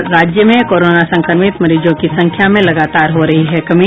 और राज्य में कोरोना संक्रमित मरीजों की संख्या में लगातार हो रही है कमी